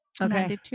Okay